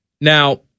now